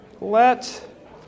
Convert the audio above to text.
Let